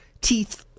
teeth